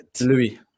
Louis